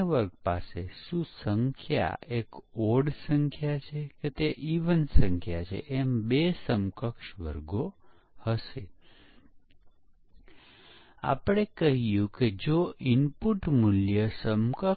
programmer પ્રથમ સ્પષ્ટીકરણ design અને કોડ વિકસિત કરીને સોફ્ટવેર વિકસાવે છે અને આ દરેક પ્રવૃત્તિ દરમિયાન તે ભૂલ કરી શકે છે